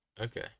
Okay